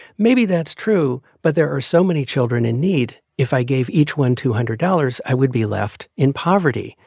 maybe that's true. but there are so many children in need, if i gave each one two hundred dollars, i would be left in poverty.